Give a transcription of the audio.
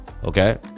Okay